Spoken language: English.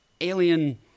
Alien